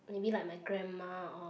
maybe like my grandma or